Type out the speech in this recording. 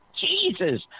Jesus